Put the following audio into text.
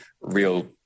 real